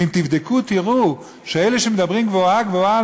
ואם תבדקו תראו שאלה שמדברים גבוהה-גבוהה על